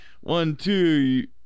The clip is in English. One-two